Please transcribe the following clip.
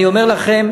אני אומר לכם,